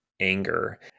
anger